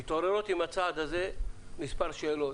אבל מתעוררות עם הצעד הזה מספר שאלות,